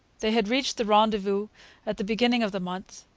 they had reached the rendezvous at the beginning of the month,